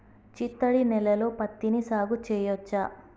చిత్తడి నేలలో పత్తిని సాగు చేయచ్చా?